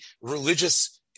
religious